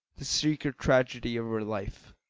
the secret tragedy of her life.